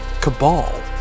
Cabal